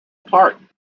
apart